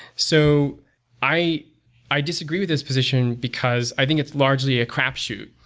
so i i disagree with this position, because i think it's largely a crapshoot.